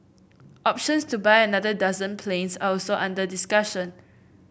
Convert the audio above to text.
options to buy another dozen planes are also under discussion